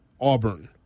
Auburn